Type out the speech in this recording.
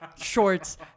shorts